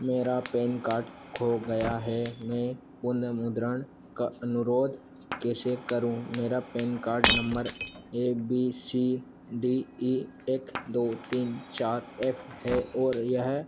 मेरा PAN card खो गया है मैं पुनर्मुद्रण का अनुरोध कैसे करूं मेरा PAN card number A B C D एक दो तीन चार एफ है और यह